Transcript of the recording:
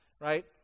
right